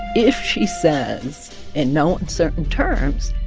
if she says in no uncertain terms,